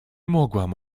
mogłam